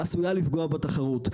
עלולה לפגוע בתחרות.